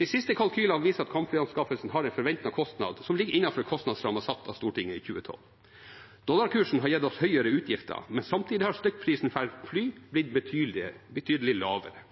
De siste kalkylene viser at kampflyanskaffelsen har en forventet kostnad som ligger innenfor kostnadsrammen satt av Stortinget i 2012. Dollarkursen har gitt oss høyere utgifter, men samtidig har stykkprisen per fly blitt betydelig lavere.